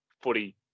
footy